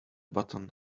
button